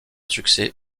succès